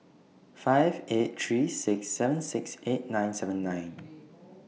five eight three six seven six eight nine seven nine